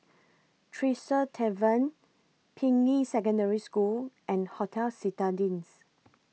Tresor Tavern Ping Yi Secondary School and Hotel Citadines